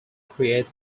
create